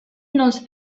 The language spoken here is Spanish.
nos